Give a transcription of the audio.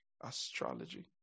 astrology